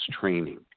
training